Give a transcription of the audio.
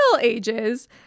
Ages